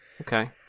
Okay